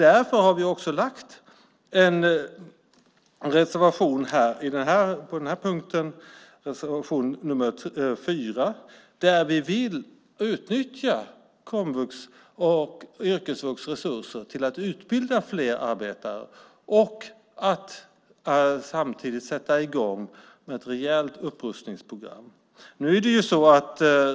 Därför har vi reservation 4 på denna punkt där vi framför att vi vill utnyttja komvux och yrkesvux resurser för att utbilda fler arbetare och samtidigt sätta i gång ett rejält upprustningsprogram.